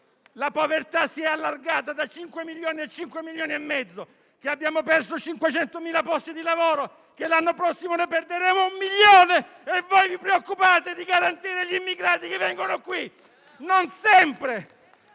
la povertà si è allargata da 5 milioni a 5,5 milioni, abbiamo perso 500.000 posti di lavoro, e l'anno prossimo ne perderemo 1 milione, vi preoccupate di garantire gli immigrati che vengono qui.